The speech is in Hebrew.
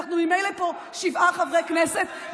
אנחנו ממילא פה שבעה חברי כנסת,